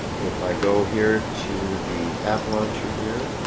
if i go here to the app launcher here